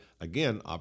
again